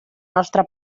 nostra